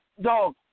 dog